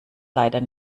leider